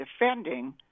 defending